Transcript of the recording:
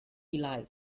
like